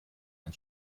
ein